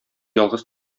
ялгыз